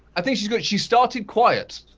i think she's good, she started quiet,